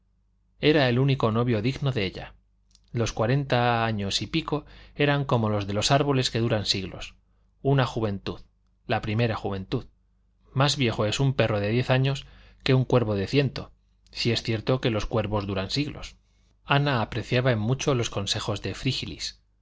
era el único novio digno de ella los cuarenta años y pico eran como los de los árboles que duran siglos una juventud la primera juventud más viejo es un perro de diez años que un cuervo de ciento si es cierto que los cuervos duran siglos ana apreciaba en mucho los consejos de frígilis